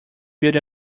built